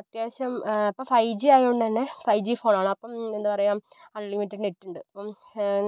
അത്യാവശ്യം ഇപ്പോൾ ഫൈജി ആയോണ്ടന്നെ ഫൈവ് ജി ഫോണാണ് അപ്പം എന്താ പറയുക അൺലിമിറ്റഡ് നെറ്റ് ഇണ്ട് അപ്പം